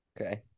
Okay